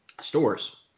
stores